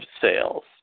sales